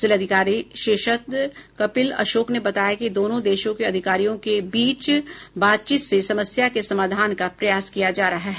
जिलाधिकारी शीर्षत कपिल अशोक ने बताया कि दोनों देशों के अधिकारियों के बीच बातचीत से समस्या के समाधान का प्रयास किया जा रहा है